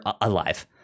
alive